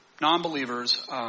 non-believers